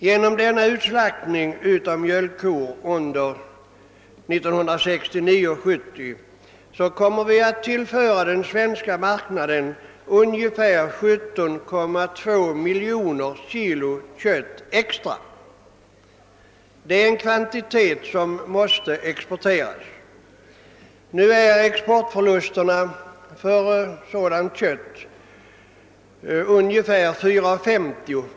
Genom utslaktningen av mjölkkor under 1969/70 kommer vi att tillföra den svenska marknaden ungefär 17,2 miljoner kilo kött extra. Det är en kvantitet som måste exporteras. Nu är exportförlusterna för sådant kött ungefär 4:50 kr.